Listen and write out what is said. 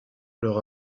leur